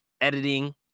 editing